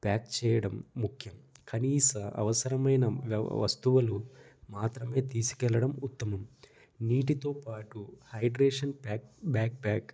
pack చేయడం ముఖ్యం కనీస అవసరమైన వ వస్తువులు మాత్రమే తీసుకెళ్ళడం ఉత్తమం నీటితో పాటు హైడ్రేషన్ ప్యాక్ బ్యాక్ ప్యాక్